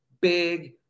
big